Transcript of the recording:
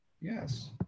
Yes